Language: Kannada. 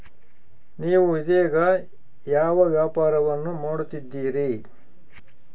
ನೇವು ಇದೇಗ ಯಾವ ವ್ಯಾಪಾರವನ್ನು ಮಾಡುತ್ತಿದ್ದೇರಿ?